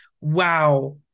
wow